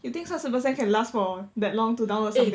you think 三十 percent can last for that long to download something